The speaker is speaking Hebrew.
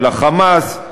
ל"חמאס",